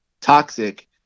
toxic